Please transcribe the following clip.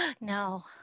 No